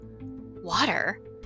Water